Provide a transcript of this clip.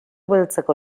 beltzeko